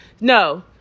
no